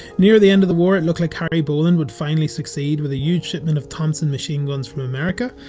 near the end of the war it looked like harry boland would finally succeed with a huge shipment of thompson machine guns from america,